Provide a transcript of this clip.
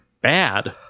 bad